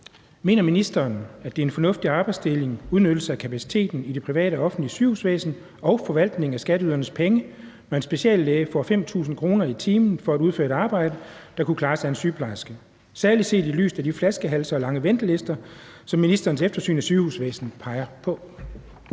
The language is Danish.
Mener ministeren, at det er en fornuftig arbejdsdeling, udnyttelse af kapaciteten i det private og offentlige sygehusvæsen og forvaltning af skatteydernes penge, når en speciallæge får 5.000 kr. i timen for at udføre et arbejde, der kunne klares af en sygeplejerske, særlig set i lyset af de flaskehalse og lange ventelister, som ministerens eftersyn af sygehusvæsenet peger på?